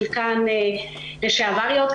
חלקן לשעבריות,